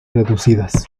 reducidas